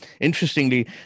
Interestingly